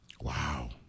Wow